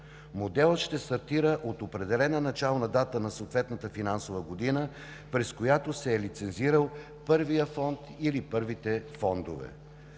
Моделът ще стартира от определена начална дата на съответната финансова година, през която се е лицензирал първият фонд или първите фондове.